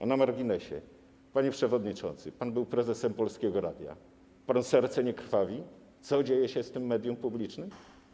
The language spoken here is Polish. A na marginesie, panie przewodniczący, pan był prezesem Polskiego Radia, panu serce nie krwawi, co dzieje się z tym medium publicznym?